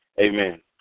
Amen